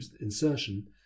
insertion